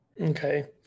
Okay